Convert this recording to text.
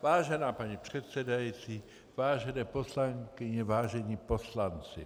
Vážená paní předsedající, vážené poslankyně, vážení poslanci.